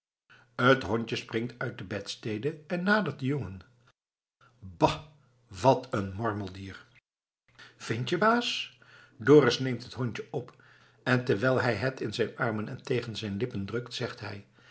t hondje springt uit de bedstede en nadert den jongen ba wat een mormeldier vind je baas dorus neemt het hondje op en terwijl hij het in zijn armen en tegen zijn lippen drukt zegt hij